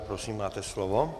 Prosím, máte slovo.